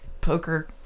poker